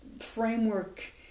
framework